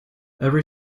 every